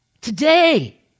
today